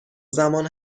زمان